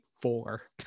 four